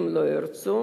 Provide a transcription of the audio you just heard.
אם לא ירצו,